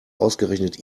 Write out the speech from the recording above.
ausgerechnet